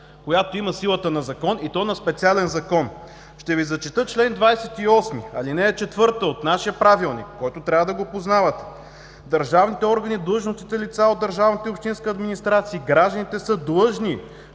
която има силата на закон, и то на специален закон. Ще Ви зачета чл. 28, ал. 4 от нашия Правилник, който трябва да познавате: „(4) Държавните органи и длъжностните лица от държавната и общинска администрация и гражданите са длъжни